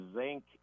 zinc